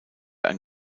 ein